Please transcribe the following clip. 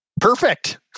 perfect